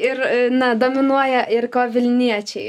ir na dominuoja ir ko vilniečiai